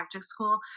school